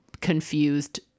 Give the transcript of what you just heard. confused